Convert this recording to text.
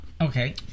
Okay